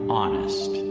honest